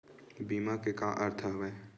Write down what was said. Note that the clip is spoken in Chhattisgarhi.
बीमा के का अर्थ हवय?